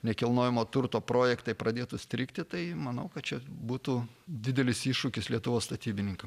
nekilnojamo turto projektai pradėtų strigti tai manau kad čia būtų didelis iššūkis lietuvos statybininkam